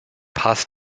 pas